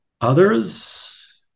Others